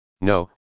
No